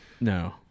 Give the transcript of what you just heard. No